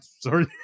Sorry